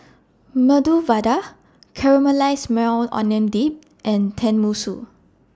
Medu Vada Caramelized Maui Onion Dip and Tenmusu